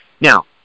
Now